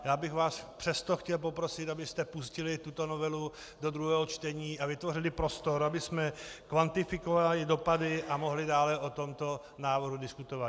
Já bych vás přesto chtěl poprosit, abyste pustili tuto novelu do druhého čtení a vytvořili prostor, abychom kvantifikovali dopady a mohli dále o tomto návrhu diskutovat.